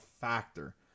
factor